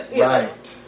Right